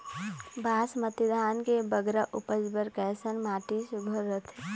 बासमती धान के बगरा उपज बर कैसन माटी सुघ्घर रथे?